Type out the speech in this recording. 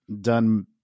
done